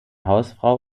hausfrau